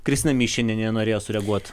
kristina mišinienė norėjo sureaguot